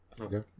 Okay